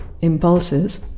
impulses